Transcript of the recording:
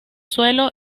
suelo